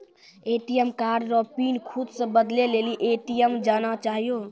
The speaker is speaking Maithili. ए.टी.एम कार्ड रो पिन खुद से बदलै लेली ए.टी.एम जाना चाहियो